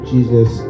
Jesus